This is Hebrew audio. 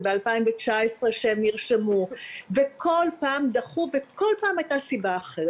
זה ב-2019 שהם נרשמו וכל פעם דחו וכל פעם הייתה סיבה אחרת,